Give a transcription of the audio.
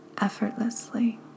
effortlessly